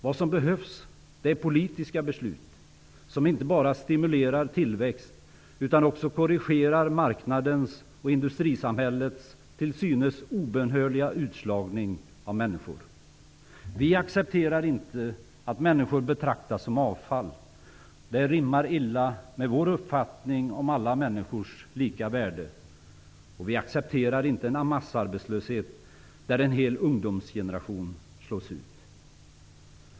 Vad som behövs är politiska beslut som inte bara stimulerar tllväxt utan också korrigerar marknadens och industrisamhällets till synes obönhörliga utslagning av människor. Vi accepterar inte att människor betraktas såsom avfall. Det rimmar illa med vår uppfattning om alla människors lika värde. Vi accepterar inte en massarbetslöshet, där en hel ungdomsgeneration slås ut.